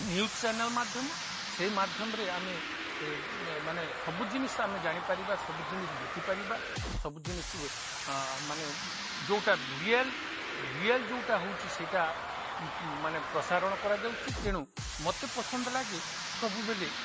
news channel ମାଧ୍ୟମ ସେଇ ମାଧ୍ୟମରେ ଆମେ ମାନେ ସବୁ ଜିନିଷ ଆମେ ଜାଣିପାରିବା ସବୁ ଜିନିଷ ଦେଖିପାରିବା ସବୁ ଜିନିଷ ମାନେ ଯେଉଁଟା ରିଏଲ୍ ରିଏଲ୍ ଯେଉଁଟା ହେଉଛି ସେଇଟା ମାନେ ପ୍ରସାରଣ କରାଯାଉଛି ତେଣୁ ମୋତେ ପସନ୍ଦ ଲାଗେ ସବୁବେଳେ